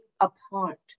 apart